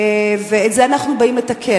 את זה אנחנו באים לתקן.